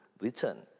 return